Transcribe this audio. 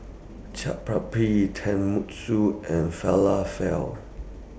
Chaat Papri Tenmusu and Falafel